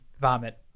vomit